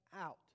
out